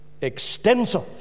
extensive